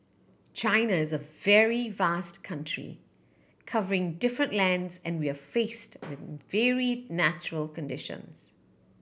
China is a very vast country covering different lands and we are faced with vary natural conditions